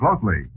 closely